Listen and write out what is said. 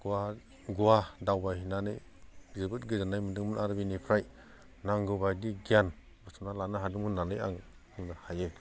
गवा दावबायहैनानै जोबोद गोजोननाय मोनदोंमोन आरो बेनिफ्राय नांगौ बायदि गियान बुथुमनानै लानो हादोंमोन होननानै आं बुंनो हायो